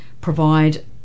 provide